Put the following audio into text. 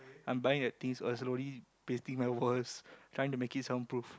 I'm buying a things or slowly pasting my walls trying to make it soundproof